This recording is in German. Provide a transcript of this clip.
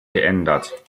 geändert